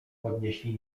podnieśli